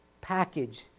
package